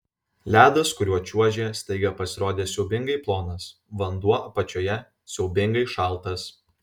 ledas kuriuo čiuožė staiga pasirodė siaubingai plonas vanduo apačioje siaubingai šaltas